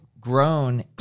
grown